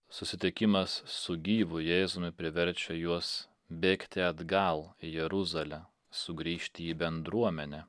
susitikimas su gyvu jėzumi priverčia juos bėgti atgal į jeruzalę sugrįžti į bendruomenę